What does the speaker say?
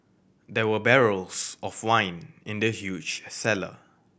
there were barrels of wine in the huge cellar